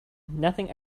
nothing